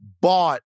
bought